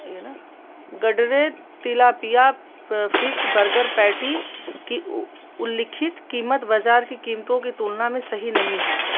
गडरे tilapia fish burger patty की उल्लिखित कीमत बाज़ार की कीमतों की तुलना में सही नहीं है